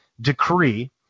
decree